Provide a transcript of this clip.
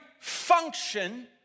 function